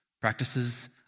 practices